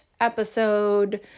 episode